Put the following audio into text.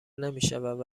نمیشود